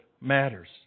matters